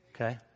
Okay